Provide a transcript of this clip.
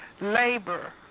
labor